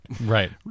Right